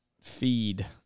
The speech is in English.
feed